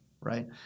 right